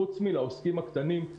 חוץ מלעוסקים הקטנים,